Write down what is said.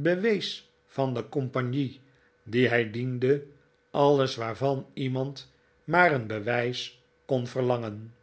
bewees van de compagnie die hij diende alles waarvan iemand maar een bewijs kon verlangen